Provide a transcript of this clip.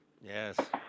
Yes